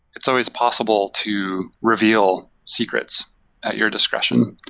it's always possible to reveal secrets at your discretion.